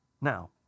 Now